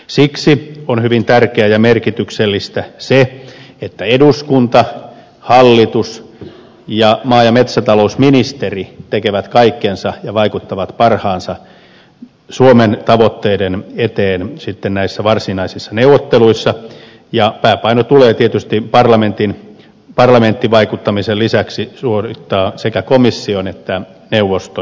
siksi on hyvin tärkeää ja merkityksellistä se että eduskunta hallitus ja maa ja metsätalousministeri tekevät kaikkensa ja vaikuttavat parhaansa mukaan suomen tavoitteiden eteen näissä varsinaisissa neuvotteluissa ja pääpaino tulee tietysti parlamenttivaikuttamisen lisäksi suorittaa sekä komission että neuvoston suuntaan